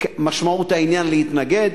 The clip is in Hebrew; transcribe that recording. משמעות העניין להתנגד,